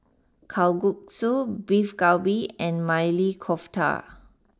Kalguksu Beef Galbi and Maili Kofta